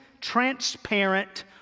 transparent